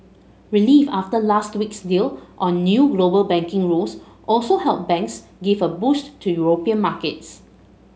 relief after last week's deal on new global banking rules also helped banks give a boost to European markets